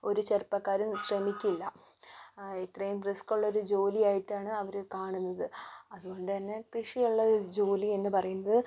ഒരു ചെറുപ്പക്കാരും ശ്രമിക്കില്ല അ ഇത്രയും റിസ്ക്കുള്ളൊരു ജോലിയായിട്ടാണ് അവര് കാണുന്നത് അതുകൊണ്ട് തന്നെ കൃഷിയുള്ള ജോലി എന്നുപറയുന്നത്